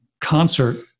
concert